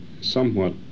somewhat